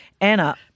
Anna